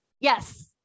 Yes